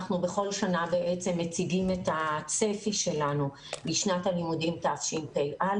אנחנו בכל שנה בעצם מציגים את הצפי שלנו לשנת הלימודים תשפ"א.